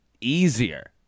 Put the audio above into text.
easier